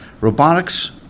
Robotics